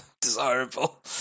desirable